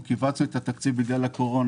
כי כיווצנו את התקציב בשל הקורונה.